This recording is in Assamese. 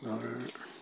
ঘৰ